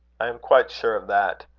i am quite sure of that.